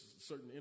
certain